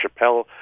Chappelle